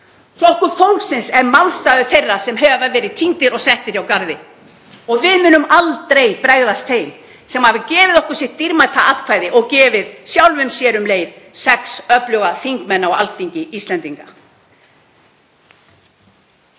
Flokkur fólksins er málstaður þeirra sem hafa verið týndir og settir hjá garði og við munum aldrei bregðast þeim sem hafa gefið okkur sitt dýrmæta atkvæði og gefið sjálfum sér um leið sex öfluga þingmenn á Alþingi Íslendinga.